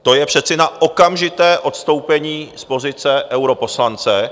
To je přece na okamžité odstoupení z pozice europoslance!